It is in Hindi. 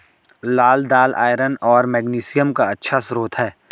लाल दालआयरन और मैग्नीशियम का अच्छा स्रोत है